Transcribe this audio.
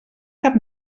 cap